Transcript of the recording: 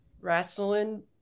wrestling